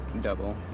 double